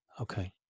okay